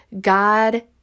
God